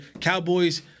Cowboys